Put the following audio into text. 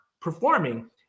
performing